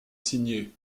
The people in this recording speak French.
signé